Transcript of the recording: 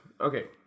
Okay